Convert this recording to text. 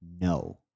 no